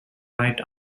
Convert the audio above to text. right